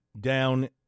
down